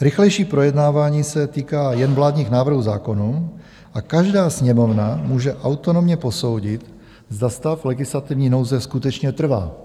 Rychlejší projednávání se týká jen vládních návrhů zákonů a každá Sněmovna může autonomně posoudit, zda stav legislativní nouze skutečně trvá.